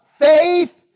Faith